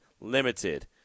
limited